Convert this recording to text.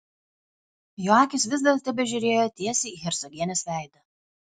jo akys vis dar tebežiūrėjo tiesiai į hercogienės veidą